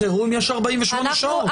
בחירום יש 48 שעות.